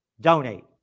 donate